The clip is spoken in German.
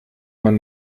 man